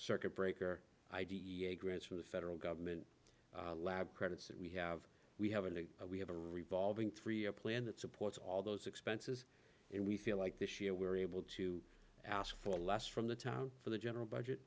circuit breaker i d e a grants from the federal government lab credits that we have we have and we have a revolving three year plan that supports all those expenses and we feel like this year we were able to ask for less from the time for the general budget